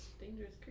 dangerous